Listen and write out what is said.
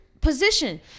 position